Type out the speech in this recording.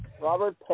Robert